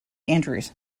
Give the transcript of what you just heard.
andrews